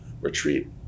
retreat